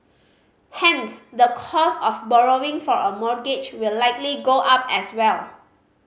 hence the cost of borrowing for a mortgage will likely go up as well